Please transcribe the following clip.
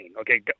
okay